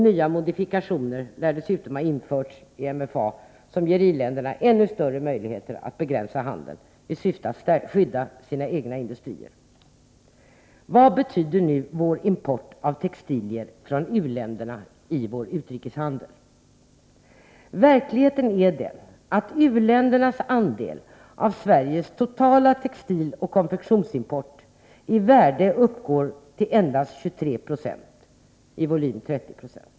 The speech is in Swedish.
Nya modifikationer lär dessutom ha införts i MFA som geri-länderna ännu större möjligheter att begränsa handeln i syfte att skydda sina egna industrier. Vad betyder nu vår import av textilier från u-länderna i vår utrikeshandel? Verkligheten är den att u-ländernas andel av Sveriges totala textiloch konfektionsimport i värde uppgår till endast 23 20 och i volym utgör 30 9c.